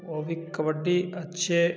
ओ भी कबड्डी अच्छे